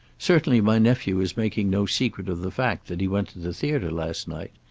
certainly my nephew is making no secret of the fact that he went to the theater last night.